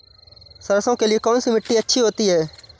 सरसो के लिए कौन सी मिट्टी अच्छी होती है?